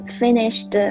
finished